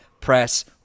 press